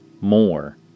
More